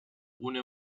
une